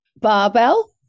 Barbell